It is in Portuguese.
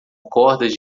cordas